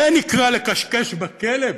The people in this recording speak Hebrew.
זה נקרא לכשכש בכלב.